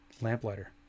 lamplighter